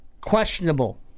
Questionable